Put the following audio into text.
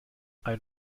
ein